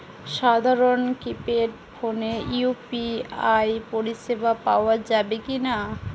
সাধারণ কিপেড ফোনে ইউ.পি.আই পরিসেবা পাওয়া যাবে কিনা?